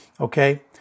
okay